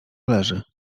leży